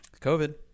COVID